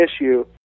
issue